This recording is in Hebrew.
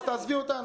אז תעזבי אותנו.